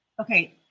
Okay